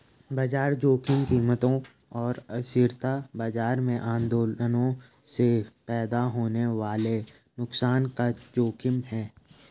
बाजार जोखिम कीमतों और अस्थिरता बाजार में आंदोलनों से पैदा होने वाले नुकसान का जोखिम है